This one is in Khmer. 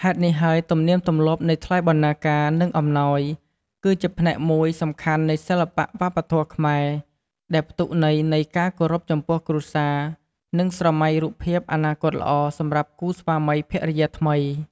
ហេតុនេះហើយទំនៀមទំលាប់នៃថ្លៃបណ្ណាការ និងអំណោយ គឺជាផ្នែកមួយសំខាន់នៃសិល្បៈវប្បធម៌ខ្មែរ ដែលផ្ទុកន័យនៃការគោរពចំពោះគ្រួសារ និងស្រមៃរូបភាពអនាគតល្អសម្រាប់គូស្វាមីភរិយាថ្មី។